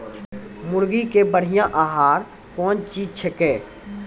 मुर्गी के बढ़िया आहार कौन चीज छै के?